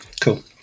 Cool